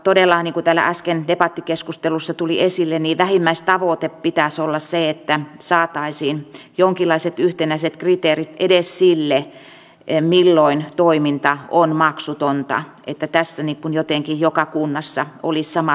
todella niin kuin täällä äsken debattikeskustelussa tuli esille vähimmäistavoitteen pitäisi olla se että saataisiin jonkinlaiset yhtenäiset kriteerit edes sille milloin toiminta on maksutonta että tässä jotenkin joka kunnassa olisi samat pelisäännöt